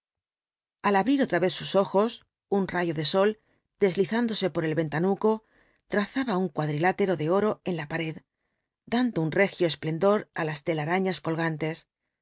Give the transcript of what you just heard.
al abrir otra vez sus ojos un rayo de sol deslizándose por el ventanuco trazaba un cuadrilátero de oro en la pared dando un regio esplendor á las telarañas colgantes